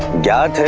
god